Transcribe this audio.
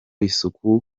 isuku